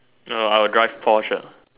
uh I will drive porsche uh